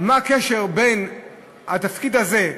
מה הקשר בין התפקיד הזה,